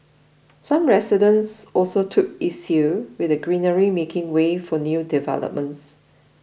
some residents also took issue with the greenery making way for new developments